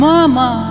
Mama